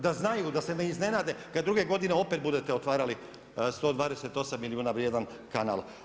Da znaju, da se ne iznenade kada druge godine opet budete otvarali 128 milijuna vrijedan kanal.